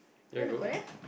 you want to go there